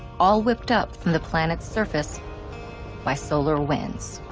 all whipped up from the planet's surface by solar winds.